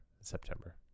September